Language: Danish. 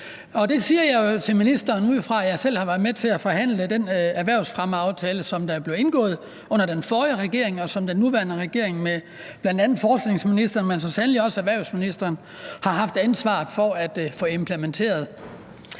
det siger jeg jo til ministeren, fordi jeg selv har været med til at forhandle den erhvervsfremmeaftale, som der blev indgået under den forrige regering, og som den nuværende regering med bl.a. forskningsministeren, men så sandelig også erhvervsministeren har haft ansvaret for at få implementeret.